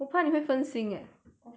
of course can